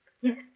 Yes